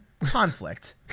Conflict